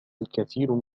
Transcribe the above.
الكثير